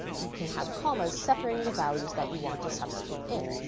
you can have commas separating the values that you want to substitute in,